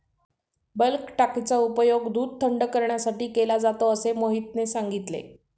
bulk टाकीचा उपयोग दूध थंड करण्यासाठी केला जातो असे मोहितने सांगितले